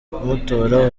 kumutora